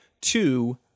two